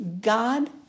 God